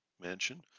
mansion